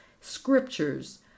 scriptures